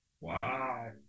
wow